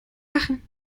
machen